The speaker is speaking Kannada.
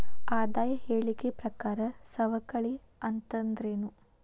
ಆದಾಯ ಹೇಳಿಕಿ ಪ್ರಕಾರ ಸವಕಳಿ ಅಂತಂದ್ರೇನು?